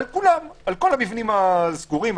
על כל המבנים הסגורים,